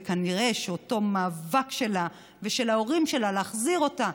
וכנראה שאותו מאבק שלה ושל ההורים שלה להחזיר אותה